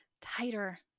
Tighter